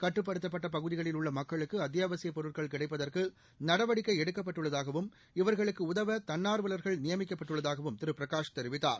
கட்டுப்படுத்தப்பட்ட பகுதிகளில் உள்ள மக்களுக்கு அத்தியாவசியப் பொருட்கள் கிடைப்பதற்கு நடவடிக்கை எடுக்கப்பட்டுள்ளதாகவும் இவர்களுக்கு உதவ தன்னார்வலர்கள் நியமிக்கப்பட்டுள்ளதாகவும் திரு பிரகாஷ் தெரிவித்தார்